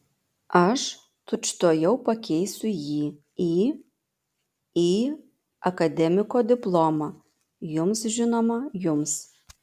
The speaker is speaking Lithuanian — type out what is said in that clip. aš tučtuojau pakeisiu jį į į akademiko diplomą jums žinoma jums